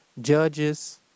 judges